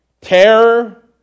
terror